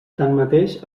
tanmateix